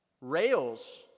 rails